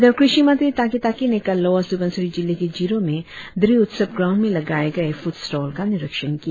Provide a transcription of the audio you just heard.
इधर कृषि मंत्री तागे ताकी ने कल लोवर सुबनसिरी जिले के जिरों में ड्री उत्सव ग्राउंड में लगाए गए फुड स्टाल का निरीक्षण किया